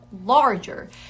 larger